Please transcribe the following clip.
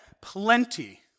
plenty